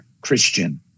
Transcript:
Christian